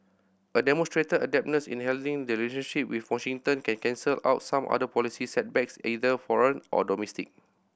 a demonstrated adeptness in handling the relationship with Washington can cancel out some other policy setbacks either foreign or domestic